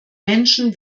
menschen